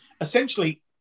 essentially